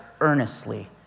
earnestly